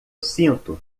sinto